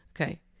Okay